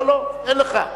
אתה לא, אין לך.